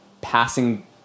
passing